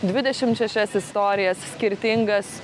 dvidešim šešias istorijas skirtingas